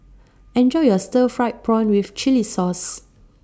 Enjoy your Stir Fried Prawn with Chili Sauce